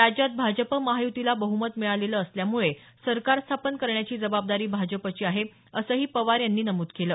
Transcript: राज्यात भाजप महायुतीला बहुमत मिळालेलं असल्यामुळे सरकार स्थापन करण्याची जबाबदारी भाजपची आहे असंही पवार यांनी नमूद केलं